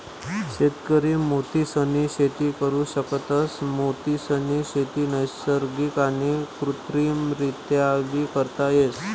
शेतकरी मोतीसनी शेती करु शकतस, मोतीसनी शेती नैसर्गिक आणि कृत्रिमरीत्याबी करता येस